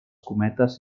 cometes